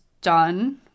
done